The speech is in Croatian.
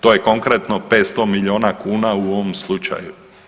To je konkretno 500 milijuna kuna u ovom slučaju.